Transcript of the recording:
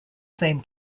same